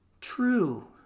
true